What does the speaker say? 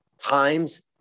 times